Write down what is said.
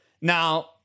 now